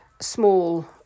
small